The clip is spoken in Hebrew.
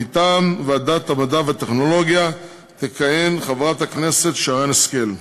מטעם ועדת המדע והטכנולוגיה תכהן חברת הכנסת שרן השכל.